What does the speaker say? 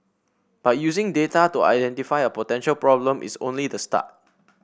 but using data to identify a potential problem is only the start